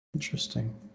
Interesting